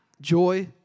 Joy